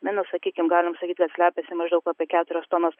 minus sakykim galima sakyti kad slepiasi maždaug apie keturias tonas